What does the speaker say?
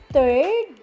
Third